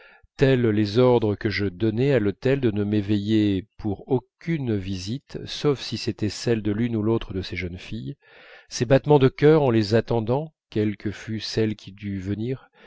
tels les ordres que je donnais à l'hôtel de ne m'éveiller pour aucune visite sauf si c'était celle d'une ou l'autre de ces jeunes filles ces battements de cœur en les attendant quelle que fût celle qui dût